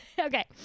Okay